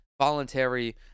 voluntary